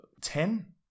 ten